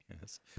Yes